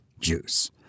juice